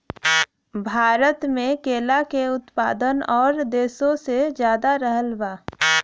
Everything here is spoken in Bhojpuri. भारत मे केला के उत्पादन और देशो से ज्यादा रहल बा